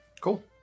Cool